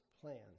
plan